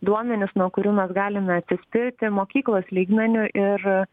duomenis nuo kurių mes galime atsispirti mokyklos lygmeniu ir